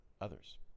others